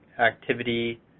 activity